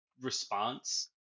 response